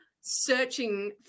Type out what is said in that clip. searching